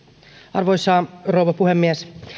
arvoisa rouva puhemies